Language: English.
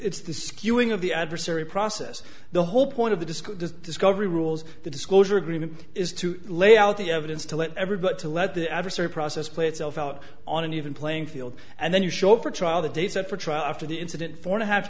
of the adversary process the whole point of the disc the discovery rules the disclosure agreement is to lay out the evidence to let everybody to let the adversary process play itself out on an even playing field and then you show up for trial the date set for trial after the incident for a half